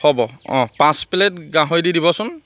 হ'ব অঁ পাঁচ প্লেট গাহৰি দি দিবচোন